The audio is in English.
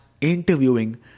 interviewing